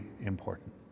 important